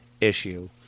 issue